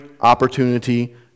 opportunity